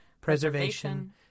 preservation